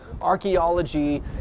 Archaeology